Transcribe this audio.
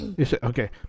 okay